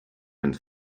and